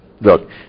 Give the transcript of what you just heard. Look